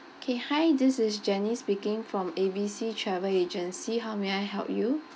okay hi this is janice speaking from A B C travel agency how may I help you